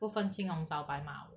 不分青红皂白骂我